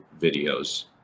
videos